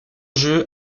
jeu